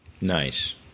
Nice